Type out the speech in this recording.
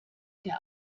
der